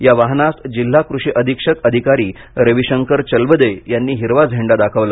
या वाहनास जिल्हा कृषि अधीक्षक अधिकारी रविशंकर चलवदे यांनी हिरवा झेंडा दाखवला